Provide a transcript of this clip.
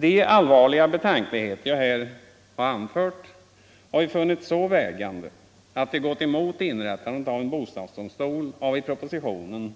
De allvarliga betänkligheter jag här har anfört har vi funnit så vägande att vi gått emot inrättandet av en bostadsdomstol av i propositionen